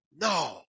No